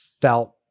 felt